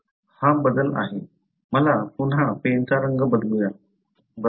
हा बदल आहे मला पुन्हा पेनचा रंग बदलू द्या